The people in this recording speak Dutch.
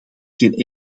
geen